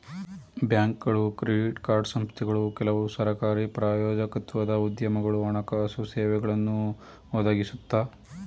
ಬ್ಯಾಂಕ್ಗಳು credit card ಸಂಸ್ಥೆಗಳು ಕೆಲವು ಸರಕಾರಿ ಪ್ರಾಯೋಜಕತ್ವದ ಉದ್ಯಮಗಳು ಹಣಕಾಸು ಸೇವೆಗಳನ್ನು ಒದಗಿಸುತ್ತೆ